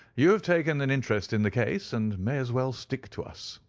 you have taken an interest in the case and may as well stick to us.